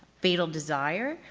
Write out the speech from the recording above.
fatal desire,